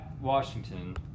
Washington